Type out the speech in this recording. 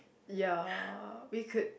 ya we could